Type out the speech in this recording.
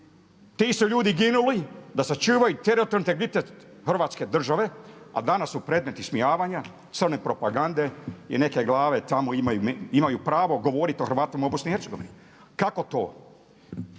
Ti su ljudi ginuli da sačuvaju teritorijalni integritet Hrvatske države a danas su predmeti ismijavanja, crne propagande i neke glave tamo imaju pravo govoriti o Hrvatima u Bosni i Hercegovini. Kako to?